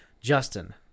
justin